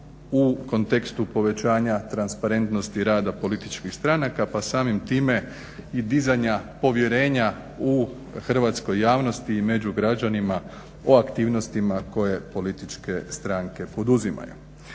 u kontekstu povećanja transparentnosti rada političkih stranaka. Pa samim time i dizanja povjerenja u Hrvatskoj javnosti i među građanima o aktivnostima koje političke stranke poduzimaju.